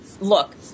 look